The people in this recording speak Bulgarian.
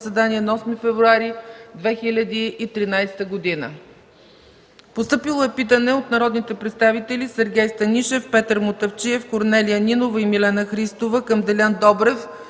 заседание на 8 февруари 2013 г.; - питане от народните представители Сергей Станишев, Петър Мутафчиев, Корнелия Нинова и Милена Христова към Делян Добрев